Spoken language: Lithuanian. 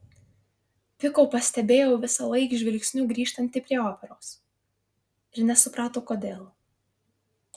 piko pastebėjo visąlaik žvilgsniu grįžtanti prie operos ir nesuprato kodėl